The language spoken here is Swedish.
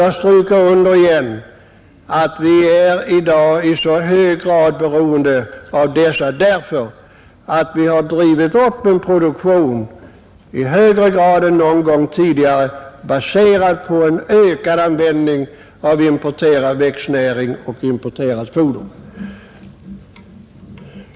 Jag stryker än en gång under att vi i dag är beroende av denna import därför att vi har drivit upp en produktion som i högre grad än någon gång tidigare är baserad på en ökad användning av importerad växtnäring och importerat foder.